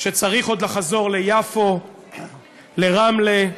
שצריך לחזור ליפו, לרמלה,